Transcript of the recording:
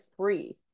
three